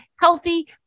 healthy